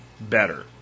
better